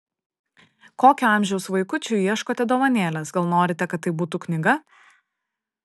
kokio amžiaus vaikučiui ieškote dovanėlės gal norite kad tai būtų knyga